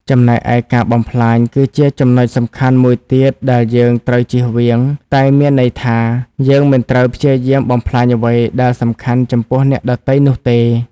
ចំណែកឯការបំផ្លាញ គឺជាចំណុចសំខាន់មួយទៀតដែលយើងត្រូវជៀសវាង តែមានន័យថា យើងមិនត្រូវព្យាយាមបំផ្លាញអ្វីដែលសំខាន់ចំពោះអ្នកដទៃនោះទេ។